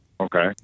Okay